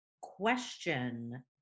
question